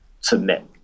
submit